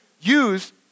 use